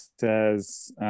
says